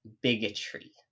bigotry